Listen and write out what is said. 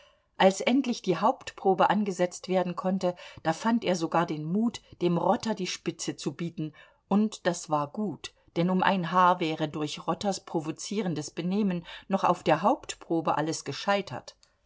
als endlich die hauptprobe angesetzt werden konnte da fand er sogar den mut dem rotter die spitze zu bieten und das war gut denn um ein haar wäre durch rotters provozierendes benehmen noch auf der hauptprobe alles gescheitert